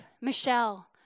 Michelle